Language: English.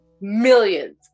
millions